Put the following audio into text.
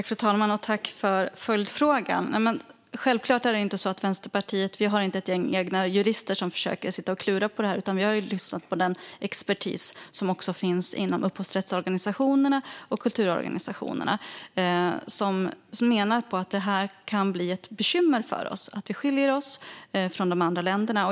Fru talman! Jag tackar för följdfrågan. Självklart är det inte så att Vänsterpartiet har ett gäng egna jurister som försöker sitta och klura på detta, utan vi har lyssnat på den expertis som finns inom upphovsrättsorganisationerna och kulturorganisationerna som menar att detta kan bli ett bekymmer för oss, att vi skiljer oss från de andra länderna.